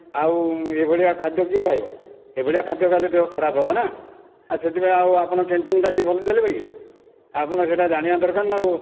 ଆଉ ଏଇ ଭଳିଆ ଖାଦ୍ୟ କିଏ ଖାଇବ ଏଇ ଭଳିଆ ଖାଦ୍ୟ ଖାଇଲେ ଦେହ ଖରାପ ହବନା ଆଉ ସେଥି ପାଇଁ ଆଉ ଆପଣଙ୍କ କ୍ୟାଣ୍ଟିନଟା କି ଭଲ ଚାଲିବ କି ଆପଣ ସେଇଟା ଜାଣିବା ଦରକାର ନା ଆଉ